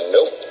Nope